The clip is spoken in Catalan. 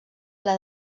ple